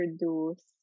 introduce